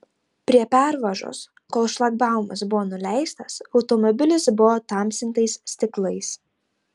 prie pervažos kol šlagbaumas buvo nuleistas automobilis buvo tamsintais stiklais